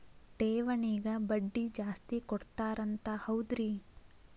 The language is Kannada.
ಠೇವಣಿಗ ಬಡ್ಡಿ ಜಾಸ್ತಿ ಕೊಡ್ತಾರಂತ ಹೌದ್ರಿ?